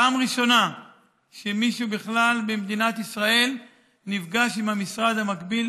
פעם ראשונה שמישהו במדינת ישראל נפגש עם המשרד המקביל,